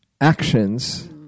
actions